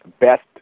best